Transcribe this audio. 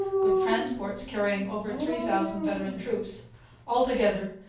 with transports carrying over three thousand veteran troops altogether,